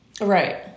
Right